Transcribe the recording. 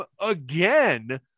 again